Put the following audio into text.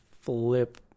flip